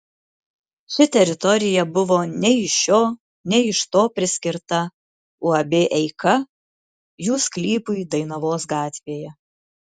ši teritorija buvo nei iš šio nei iš to priskirta uab eika jų sklypui dainavos gatvėje